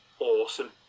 Awesome